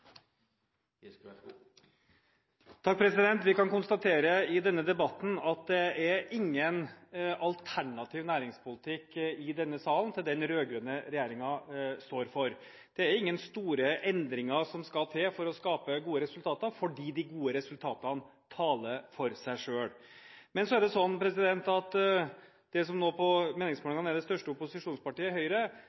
Vi kan i denne debatten konstatere at det i denne salen er ingen alternativ næringspolitikk til den som den rød-grønne regjeringen står for. Det er ingen store endringer som skal til for å skape gode resultater fordi de gode resultatene taler for seg selv. Høyre, som nå er det største opposisjonspartiet på meningsmålingene, sier at